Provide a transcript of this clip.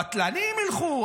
בטלנים ילכו,